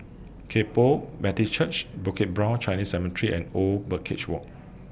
Kay Poh Baptist Church Bukit Brown Chinese Cemetery and Old Birdcage Walk